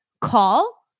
call